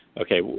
okay